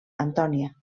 antònia